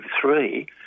three